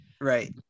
Right